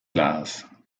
classe